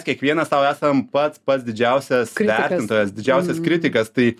kiekvienas sau esam pats pats didžiausias vertintojas didžiausias kritikas tai